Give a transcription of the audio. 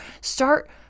start